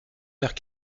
heures